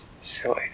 silly